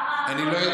ראמ"ה,